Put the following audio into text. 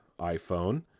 iPhone